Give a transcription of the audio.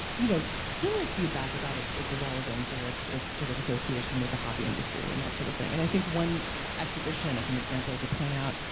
you know still feedback about it's irrelevance, or its its sort of association with the hobby industry, and that sort of thing, and i think one exhibition as an example to point out,